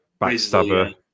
backstabber